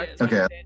Okay